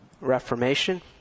reformation